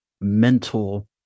mental